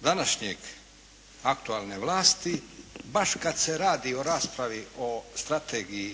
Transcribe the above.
današnjeg aktualne vlasti, baš kad se radi o raspravi o strategiji